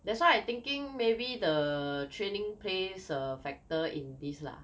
that's why I thinking maybe the training plays a factor in this lah